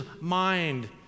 mind